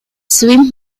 swim